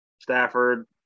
Stafford